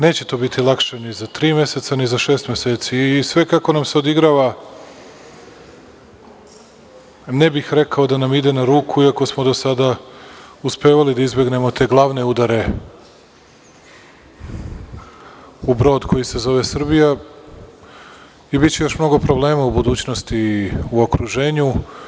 Neće to biti lakše ni za tri meseca, ni za šest meseci i sve kako nam se odigrava ne bih rekao da nam ide na ruku iako smo do sada uspevali da izbegnemo te glavne udare u brod koji se zove Srbija i biće još mnogo problema u budućnosti i u okruženju.